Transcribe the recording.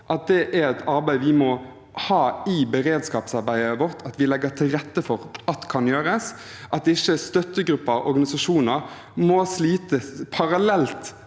at det er et arbeid vi må ha i beredskapsarbeidet vårt, at vi legger til rette for at kan gjøres, at ikke støttegrupper og organisasjoner må slite parallelt